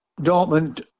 Dortmund